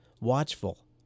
watchful